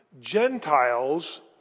Gentiles